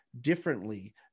differently